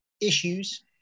issues